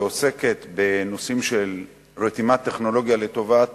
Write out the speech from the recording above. שעוסקת בנושאים של רתימת טכנולוגיה לטובת